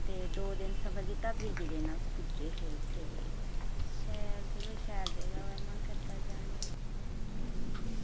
ते दौ दिन सफर कीता हा ते त्रीए दिन अस पुज्जे हे उत्थै जाइयै शैल चलो शैल जगह होऐ मन करदा जाने गी ते